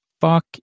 Fuck